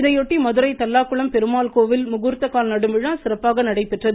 இதையொட்டி மதுரை தல்லாக்குளம் பெருமாள் கோவிலில் முகூர்த்தக்கால் நடும் விழா சிறப்பாக நடைபெற்றது